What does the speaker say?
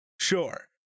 Sure